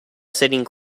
sitting